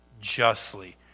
justly